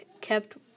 kept